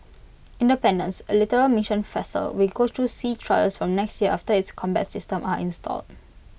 independence A littoral mission vessel will go through sea trials from next year after its combat systems are installed